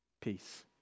peace